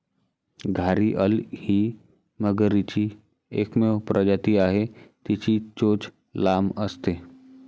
घारीअल ही मगरीची एकमेव प्रजाती आहे, तिची चोच लांब असते